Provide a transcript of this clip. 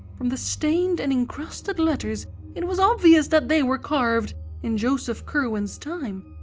from the stained and incrusted letters it was obvious that they were carved in joseph curwen's time,